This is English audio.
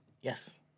Yes